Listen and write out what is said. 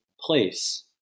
place